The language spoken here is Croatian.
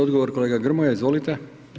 Odgovor kolega Grmoja, izvolite.